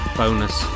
bonus